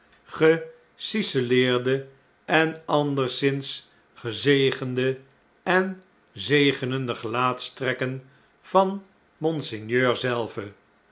geciselleerde en anderszins gezegende en zegenende gelaatstrekken van monseigneur zelven